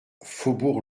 faubourg